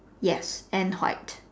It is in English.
yes and white